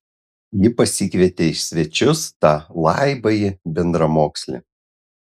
ji pasikvietė į svečius tą laibąjį bendramokslį